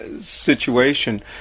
situation